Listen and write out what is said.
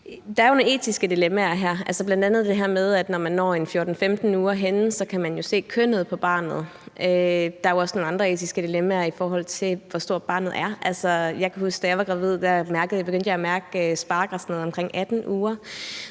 Der er jo nogle etiske dilemmaer her, bl.a. at når man er de her 14-15 uger henne, kan man se kønnet på barnet. Der er jo også nogle andre etiske dilemmaer, i forhold til hvor stort barnet er. Jeg kan huske, at da jeg var gravid, begyndte jeg at mærke spark og sådan noget omkring 18 uger,